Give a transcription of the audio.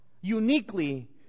uniquely